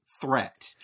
threat